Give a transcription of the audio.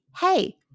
hey